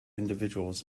individuals